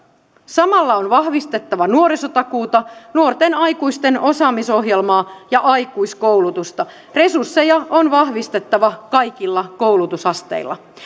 samalla on vahvistettava nuorisotakuuta nuorten aikuisten osaamisohjelmaa ja aikuiskoulutusta resursseja on vahvistettava kaikilla koulutusasteilla